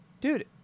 Dude